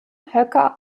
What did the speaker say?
höcker